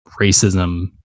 racism